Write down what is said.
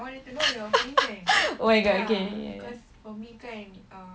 oh my god okay